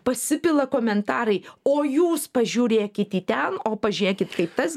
pasipila komentarai o jūs pažiūrėkit į ten o pažiūrėkit kaip tas